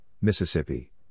Mississippi